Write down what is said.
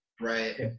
right